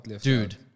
Dude